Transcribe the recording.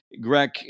Greg